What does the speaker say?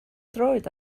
droed